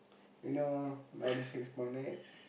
you know ninety six point eight